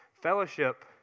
Fellowship